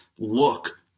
look